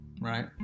Right